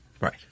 Right